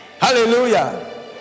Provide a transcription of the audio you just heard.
Hallelujah